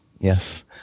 Yes